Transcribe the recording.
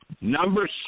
Number